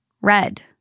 Red